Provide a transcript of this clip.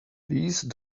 please